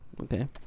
okay